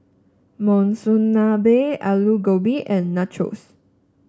Monsunabe Alu Gobi and Nachos